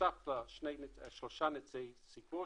בנוסף לשלושה נציגי ציבור,